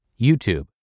YouTube